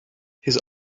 his